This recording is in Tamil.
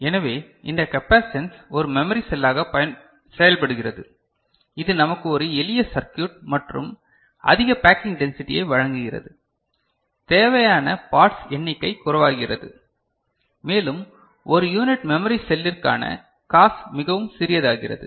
எனவே இந்த கபாஸிட்டன்ஸ் ஒரு மெமரி செல்லாக செயல்படுகிறது இது நமக்கு ஒரு எளிய சர்க்யுட் மற்றும் அதிக பேக்கிங் டென்சிடியை வழங்குகிறது தேவையான பார்ட்ஸ் எண்ணிக்கை குறைவாகிறது மேலும் ஒரு யூனிட் மெமரி செல்லிற்கான காஸ்ட் மிகவும் சிறியதாகிறது